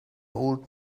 old